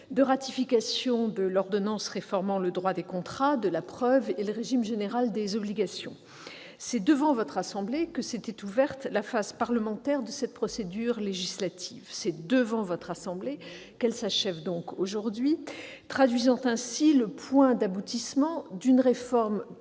de ratification de l'ordonnance réformant le droit des contrats, de la preuve et le régime général des obligations. C'est devant votre assemblée que s'était ouverte la phase parlementaire de cette procédure législative. C'est devant votre assemblée qu'elle s'achève aujourd'hui, traduisant le point d'aboutissement de cette réforme que